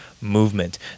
movement